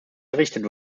errichtet